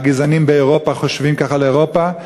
הגזענים באירופה חושבים כך על אירופה,